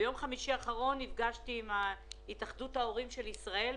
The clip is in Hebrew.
ביום חמישי האחרון נפגשתי עם התאחדות ההורים של ישראל,